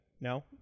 No